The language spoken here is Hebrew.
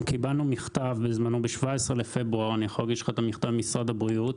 יש לנו מכתב מה-17 בפברואר ממשרד הבריאות